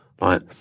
right